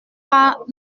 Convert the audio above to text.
pas